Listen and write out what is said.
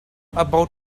about